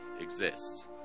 exist